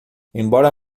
embora